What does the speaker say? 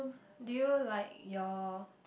do you like your